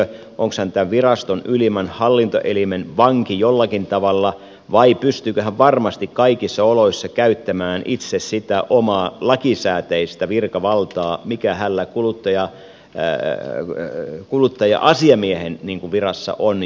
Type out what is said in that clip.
onko hän tämän viraston ylimmän hallintoelimen vanki jollakin tavalla vai pystyykö hän varmasti kaikissa oloissa käyttämään itse sitä omaa lakisääteistä virkavaltaa mikä hänellä kuluttaja asiamiehen virassa on